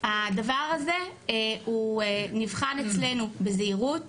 הדבר הזה הוא נבחן אצלנו בזהירות,